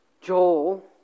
Joel